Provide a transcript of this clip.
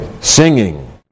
Singing